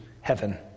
heaven